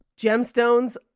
Gemstones